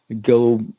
go